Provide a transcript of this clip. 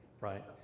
right